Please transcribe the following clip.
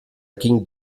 ging